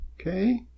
Okay